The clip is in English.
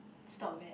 stop mat